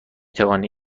توانی